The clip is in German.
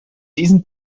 diesem